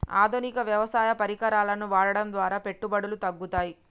ఆధునిక వ్యవసాయ పరికరాలను వాడటం ద్వారా పెట్టుబడులు తగ్గుతయ?